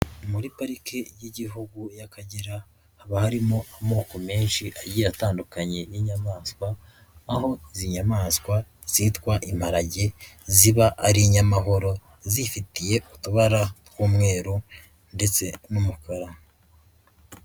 Muri Parike y'Igihugu y'Akagera haba harimo amoko menshi agiye atandukanye y'inyamaswa, aho izi nyamaswa zitwa imparage, ziba ari inyamahoro zifitiye utubara tw'umweru ndetse n'umukara.